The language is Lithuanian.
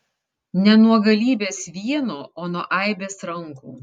ne nuo galybės vieno o nuo aibės rankų